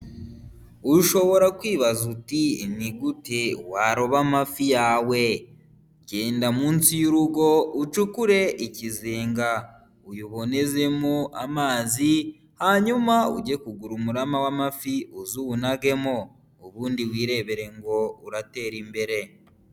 Ushobora kwibaza uti ni gute waroba amafi yawe, genda munsi y'urugo ucukure ikizinga uyibonezemo amazi, hanyuma ujye kugura umurama w'amafi uzu unagemo ubundi wirebere ngo uraterare imbere.